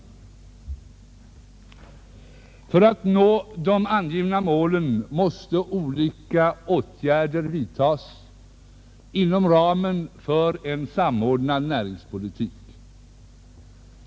För att vi skall nå de angivna målen måste olika åtgärder vidtas inom ramen för en samordnad näringspolitik.